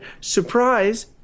surprise